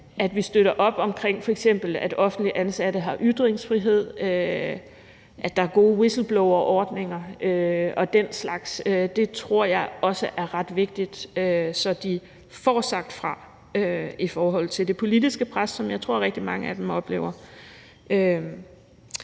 at vi støtter op om, at f.eks. offentligt ansatte har ytringsfrihed, at der er gode whistleblowerordninger og den slags, tror jeg også er ret vigtigt, så de får sagt fra over for det politiske pres, som jeg tror rigtig mange af dem oplever.